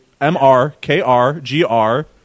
m-r-k-r-g-r